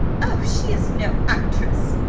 oh, she is no actress!